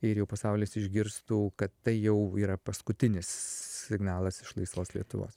ir jau pasaulis išgirstų kad tai jau yra paskutinis signalas iš laisvos lietuvos